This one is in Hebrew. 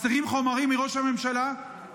מסתירים חומרים מראש הממשלה,